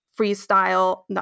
freestyle